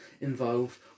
involved